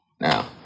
Now